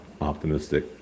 optimistic